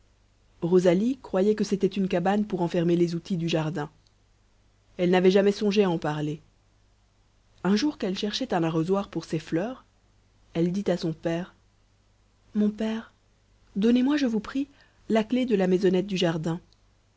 rosalie croyait que c'était une cabane pour enfermer les outils du jardin elle n'avait jamais songé à en parler un jour qu'elle cherchait un arrosoir pour ses fleurs elle dit à son père mon père donnez-moi je vous prie la clef de la maisonnette du jardin